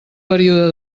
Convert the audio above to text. període